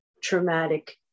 traumatic